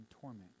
torment